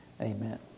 Amen